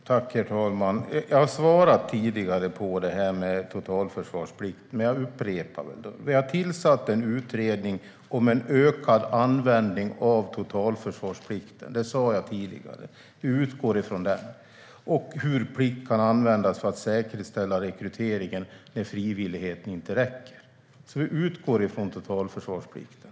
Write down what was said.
Herr talman! Jag har svarat tidigare på detta med totalförsvarsplikt, men jag upprepar: Vi har tillsatt en utredning om en ökad användning av totalförsvarsplikten - det sa jag tidigare - och utgår från den och hur plikt kan användas för att säkerställa rekryteringen när frivilligheten inte räcker. Vi utgår alltså från totalförsvarsplikten.